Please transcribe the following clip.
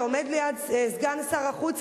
אתה עומד ליד סגן שר החוץ,